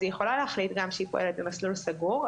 אז היא יכולה להחליט גם שהיא פועלת במסלול סגור,